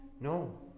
No